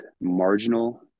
marginal